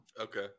Okay